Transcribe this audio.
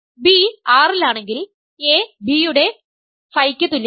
b R ലാണെങ്കിൽ a b യുടെ ഫൈയ്ക് തുല്യമാണ്